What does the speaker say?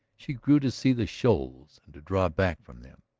she grew to see the shoals and to draw back from them,